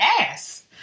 ass